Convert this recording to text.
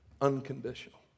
unconditional